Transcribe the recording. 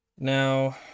Now